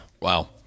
Wow